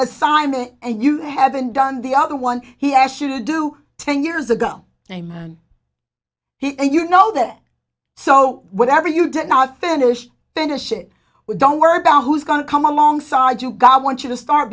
assignment and you haven't done the other one he has to do ten years ago a man he and you know that so whatever you did not finish finish it with don't worry about who's going to come alongside you god want you to start